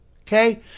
Okay